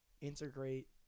integrate –